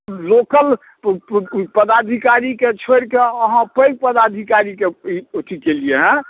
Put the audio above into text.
local पदाधिकारीके छोड़िके अहाँ पैघ पदाधिकारीके अथी केलिए हँ